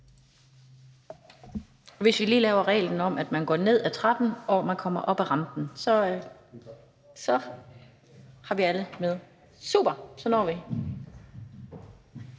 Vi har lavet en regel om, at man går ned ad trappen, og at man går op ad rampen. Så har vi alle med. Super, så når vi